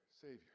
Savior